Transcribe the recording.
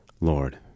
Lord